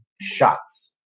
shots